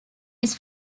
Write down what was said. his